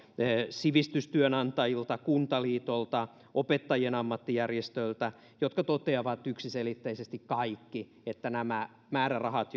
sivistystyönantajilta kuntaliitolta ja opettajien ammattijärjestöltä jotka kaikki toteavat yksiselitteisesti että nämä määrärahat